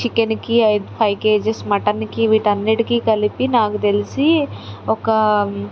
చికెన్కి ఐ five kgs మటన్కి వీటన్నిటికీ కలిపి నాకు తెల్సి ఒక